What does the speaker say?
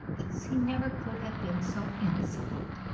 else he never could have been so insolent.